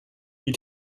die